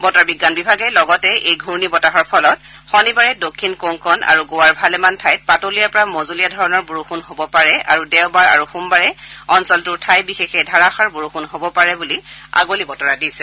বতৰ বিজ্ঞান বিভাগে লগতে এই ঘূৰ্ণি বতাহৰ ফলত শনিবাৰে দক্ষিণ কোংকন আৰু গোৱাৰ ভালেমান ঠাইত পাতলীয়াৰ পৰা মজলীযা ধৰণৰ বৰষুণ হ'ব পাৰে আৰু দেওবাৰ আৰু সোমবাৰে অঞ্চলটোৰ ঠাই বিশেষে ধাৰাষাৰ বৰষুণ হ'ব পাৰে বুলি আগলী বতৰা দিছে